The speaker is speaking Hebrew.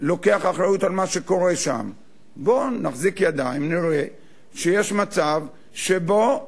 בוא נתחיל בכך שבעזה יהיה ביטחון שגופים